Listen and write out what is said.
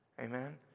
Amen